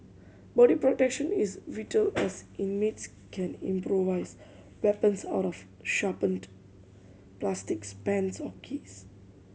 body protection is vital as inmates can improvise weapons out of sharpened plastics pens or keys